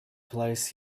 place